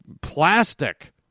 plastic